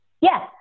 Yes